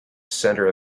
center